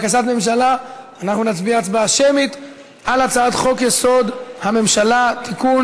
לבקשת הממשלה אנחנו נצביע הצבעה שמית על הצעת חוק-יסוד: הממשלה (תיקון,